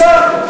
היא גייסה,